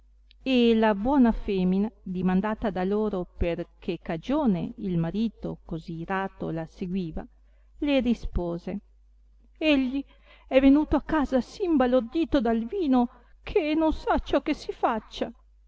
e la buona femina dimandata da loro per che cagione il marito così irato la seguiva le rispose egli è venuto a casa sì imbalordito dal vino che non sa ciò che si faccia